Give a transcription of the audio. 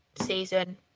season